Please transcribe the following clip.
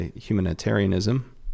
humanitarianism